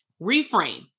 Reframe